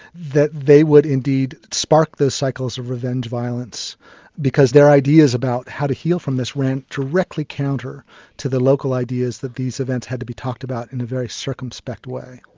that they would indeed spark those cycles of revenge violence because their ideas about how to heal from this ran directly counter to the local ideas that these events had to be talked about in a very circumspect way.